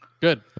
Good